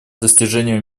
достижению